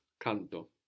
Canto